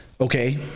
Okay